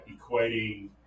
equating